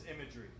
imagery